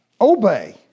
obey